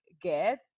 get